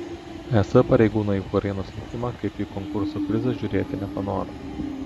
es pareigūnai į ukrainos likimą kaip į konkurso prizą žiūrėti nepanoro